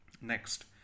next